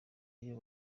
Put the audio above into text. ayo